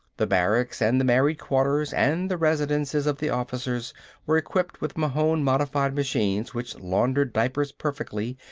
the barracks and the married quarters and the residences of the officers were equipped with mahon-modified machines which laundered diapers perfectly,